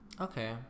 Okay